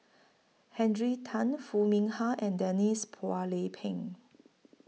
Tan Foo Mee Har and Denise Phua Lay Peng